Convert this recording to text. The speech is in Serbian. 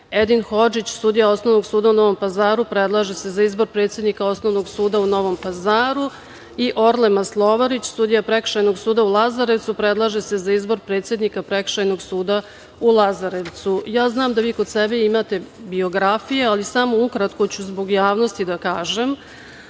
Edin Hodžić, sudija osnovnog suda u Novom Pazar, predlaže se za izbor predsednika Osnovnog suda u Novom Pazaru i Orle Maslovarić, sudija Prekršajnog suda u Lazarevcu predlaže se za izbor predsednika Prekršajnog suda u Lazarevcu. Znam da vi kod sebe imate biografije, ali samo ukratko ću zbog javnosti da kažem,